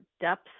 depth